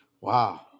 Wow